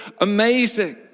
amazing